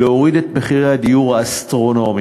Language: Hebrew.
להוריד את מחירי הדיור האסטרונומיים,